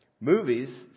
Movies